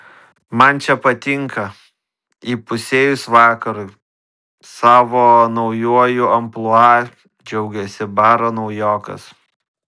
man čia patinka įpusėjus vakarui savo naujuoju amplua džiaugėsi baro naujokas